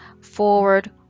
forward